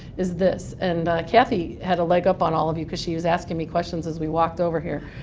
is this. and kathy had a leg up on all of you because she was asking me questions as we walked over here.